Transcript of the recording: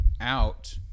out